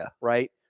Right